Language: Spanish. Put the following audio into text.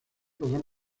podrán